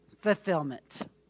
fulfillment